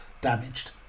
damaged